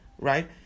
Right